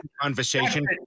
conversation